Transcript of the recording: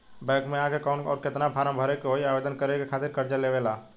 Bank मे आ के कौन और केतना फारम भरे के होयी आवेदन करे के खातिर कर्जा लेवे ला?